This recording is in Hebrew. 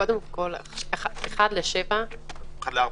קודם כל 7:1 --- 4:1.